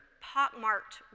pockmarked